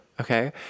okay